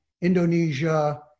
Indonesia